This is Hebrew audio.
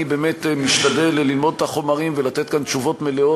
אני משתדל ללמוד את החומר ולתת כאן תשובות מלאות,